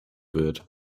wird